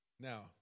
Now